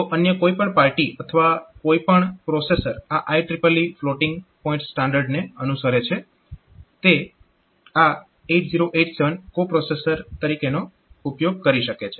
તો અન્ય કોઈ પણ પાર્ટી અથવા અન્ય કોઈ પણ પ્રોસેસર આ IEEE ફ્લોટીંગ પોઈન્ટ સ્ટાન્ડર્ડને અનુસરે છે તે આ 8087 કો પ્રોસેસર તરીકેનો ઉપયોગ કરી શકે છે